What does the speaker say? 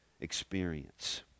experience